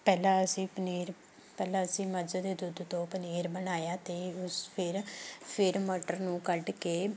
ਪਹਿਲਾਂ ਅਸੀਂ ਪਨੀਰ ਪਹਿਲਾਂ ਅਸੀਂ ਮੱਝ ਦੇ ਦੁੱਧ ਤੋਂ ਪਨੀਰ ਬਣਾਇਆ ਅਤੇ ਉਸ ਫਿਰ ਫਿਰ ਮਟਰ ਨੂੰ ਕੱਢ ਕੇ